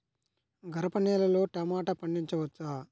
గరపనేలలో టమాటా పండించవచ్చా?